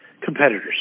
competitors